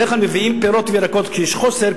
בדרך כלל מביאים פירות וירקות כשיש חוסר,